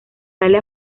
sale